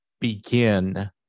begin